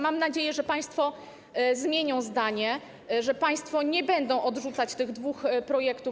Mam nadzieję, że państwo zmienią zdanie, że państwo nie będą odrzucać tych dwóch projektów.